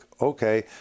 okay